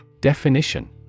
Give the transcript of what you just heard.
Definition